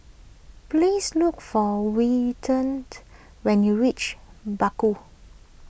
please look for Wilton when you reach Bakau